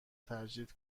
تجدید